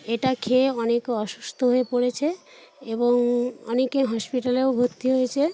এটা খেয়ে অনেকে অসুস্থ হয়ে পড়েছে এবং অনেকে হসপিটালেও ভর্তি হয়েছে